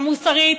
המוסרית,